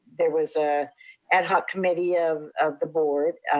there was a ad hoc committee of of the board,